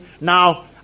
now